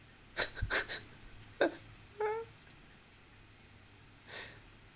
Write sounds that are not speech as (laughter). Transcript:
(laughs)